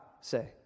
say